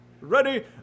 ready